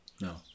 No